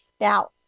Now